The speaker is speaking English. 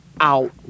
out